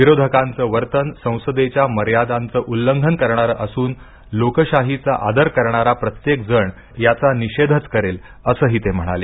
विरोधकांचं वर्तन संसदेच्या मर्यादांचं उल्लंघन करणारं असून लोकशाहीचा आदर करणारा प्रत्येक जण याचा निषेधच करेल असंही ते म्हणाले